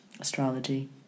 astrology